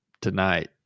tonight